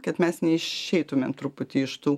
kad mes neišeitumėm truputį iš tų